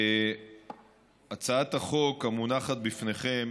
הצעת החוק המונחת בפניכם